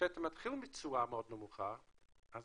כשאתה מתחיל מתשואה מאוד נמוכה אז